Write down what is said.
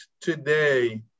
today